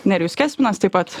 nerijus kesminas taip pat